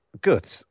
good